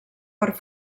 per